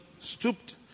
stooped